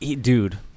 Dude